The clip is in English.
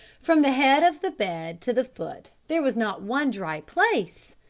from the head of the bed to the foot there was not one dry place.